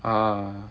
ah